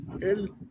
el